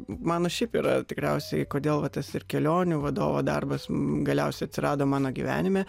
mano šiaip yra tikriausiai kodėl va tas ir kelionių vadovo darbas galiausiai atsirado mano gyvenime